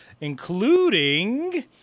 including